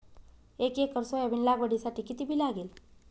एक acre soybean लागवडीसाठी किती बी लागेल?